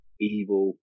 evil